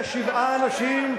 לשבעה אנשים,